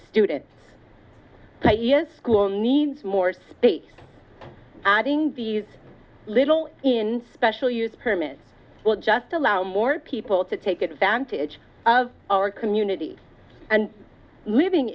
year's school needs more space adding these little in special use permit will just allow more people to take advantage of our community and moving